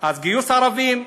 אז גיוס ערבים,